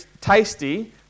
tasty